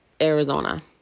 Arizona